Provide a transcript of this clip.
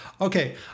Okay